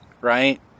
right